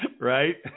right